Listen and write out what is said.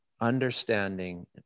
understanding